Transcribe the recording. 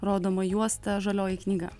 rodoma juosta žalioji knyga